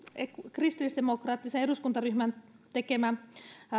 kristillisdemokraattisen eduskuntaryhmän tekemä